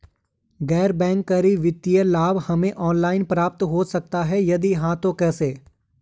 गैर बैंक करी वित्तीय लाभ हमें ऑनलाइन प्राप्त हो सकता है यदि हाँ तो कैसे?